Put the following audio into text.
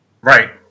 Right